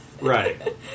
right